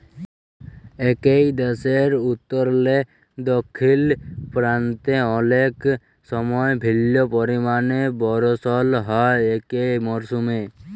একই দ্যাশের উত্তরলে দখ্খিল পাল্তে অলেক সময় ভিল্ল্য পরিমালে বরসল হ্যয় একই মরসুমে